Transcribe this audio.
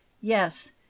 yes